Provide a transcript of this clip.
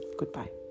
goodbye